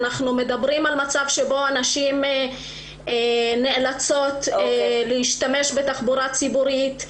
אנחנו מדברים על מצב שבו נשים נאלצות להשתמש בתחבורה ציבורית,